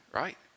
right